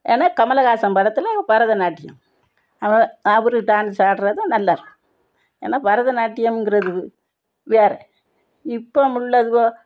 ஏன்னால் கமலஹாசன் படத்தில் பரதநாட்டியம் அவன் அவர் டான்ஸ் ஆடுவது நல்லா இருக்கும் ஏன்னால் பரதநாட்டியம்ங்கிறது வேறு இப்ப உள்ளதுவோ